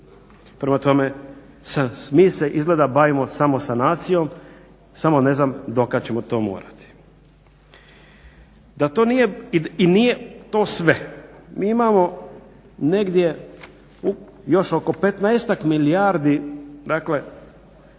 Prema tome, mi se izgleda bavimo samo sanacijom, samo ne znam do kad ćemo to morati. Da to nije i nije to sve. Mi imamo negdje još oko petnaestak milijardi, dakle